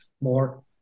more